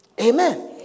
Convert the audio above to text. Amen